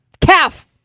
Calf